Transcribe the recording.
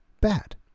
bad